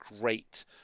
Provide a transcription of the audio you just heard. great